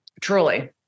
Truly